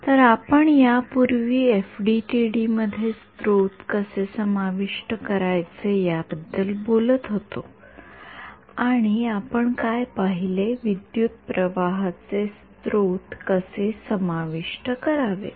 तर आपण यापूर्वी एफडीटीडीमध्ये स्त्रोत कसे समाविष्ट करायचे याबद्दल बोलत होतो आणि आपण काय पाहिले विद्युतप्रवाहाचे स्रोत कसे समाविष्ट करावेत